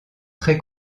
très